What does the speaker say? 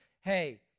hey